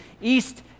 east